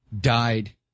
died